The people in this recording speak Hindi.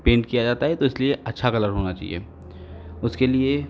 पेंट किया जाता है तो इसलिए अच्छा कलर होना चाहिए उसके लिए